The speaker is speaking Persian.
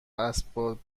اسباب